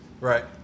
Right